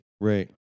right